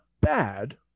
bad